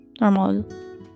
normal